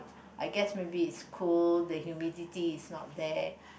I guess maybe it's cold the humidity is not there